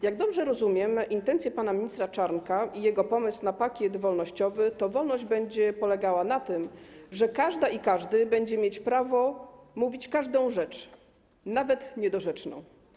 Jak dobrze rozumiem intencje pana ministra Czarnka i jego pomysł na pakiet wolnościowy, to wolność będzie polegała na tym, że każda i każdy będzie mieć prawo mówić każdą rzecz, nawet niedorzeczną.